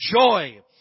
joy